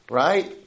right